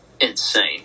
insane